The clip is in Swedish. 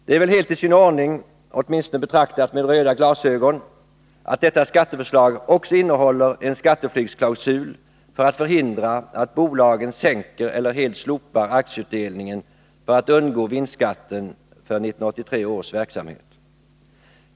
Det är väl helt i sin ordning, åtminstone betraktat med röda glasögon, att detta skatteförslag också innehåller en skatteflyktsklausul för att förhindra att bolagen sänker eller helt slopar aktieutdelningen för att undgå vinstskatten för 1983 års verksamhet.